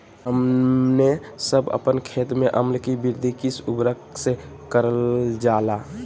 हमने सब अपन खेत में अम्ल कि वृद्धि किस उर्वरक से करलजाला?